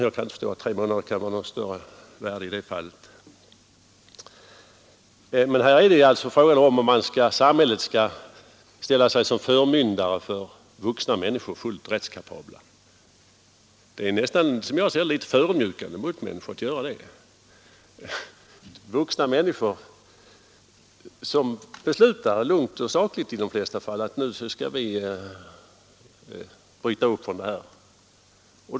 Jag kan inte förstå att tre månader kan vara av något större värde i det fallet: Här är alltså frågan om samhället skall ställa sig som förmyndare för vuxna människor som är fullt rättskapabla. Det är som jag ser det nästan litet förödmjukande mot människor om samhället gör så. Det gäller vuxna människor som beslutar lugnt och sakligt, i de flesta fall, att de skall bryta upp från äktenskapet.